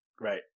Right